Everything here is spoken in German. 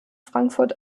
frankfurt